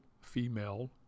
female